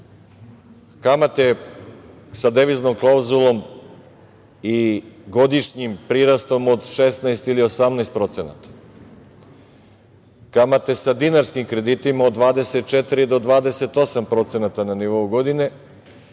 Kamate sa deviznom klauzulom i godišnjim prirastom od 16 ili 18%, kamate sa dinarskim kreditima od 24 do 28% na nivou godine